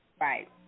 right